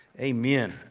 amen